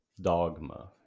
dogma